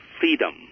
freedom